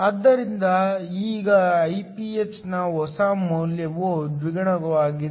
ಆದ್ದರಿಂದ ಈಗ Iph ನ ಹೊಸ ಮೌಲ್ಯವು ದ್ವಿಗುಣವಾಗಿದೆ